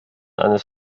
eines